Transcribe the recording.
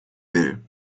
will